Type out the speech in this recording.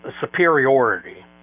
superiority